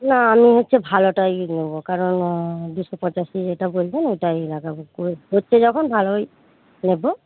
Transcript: না আমি হচ্ছে ভালোটাই নেব কারণ দুশো পঁচাশি যেটা বলছেন ওটাই লাগাবো হচ্ছে যখন ভালোই নেব